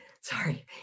sorry